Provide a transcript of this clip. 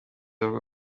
bavuga